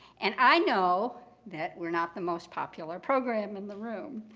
and i know that we're not the most popular program in the room.